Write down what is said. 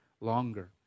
longer